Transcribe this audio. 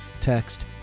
text